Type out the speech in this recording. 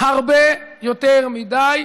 הרבה יותר מדי,